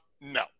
No